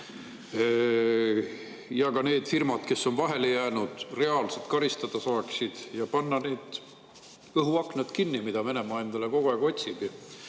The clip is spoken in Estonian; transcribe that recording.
ja et need firmad, kes on vahele jäänud, reaalselt karistada saaksid. Tuleb panna need õhuaknad kinni, mida Venemaa endale kogu aeg otsib.